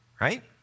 Right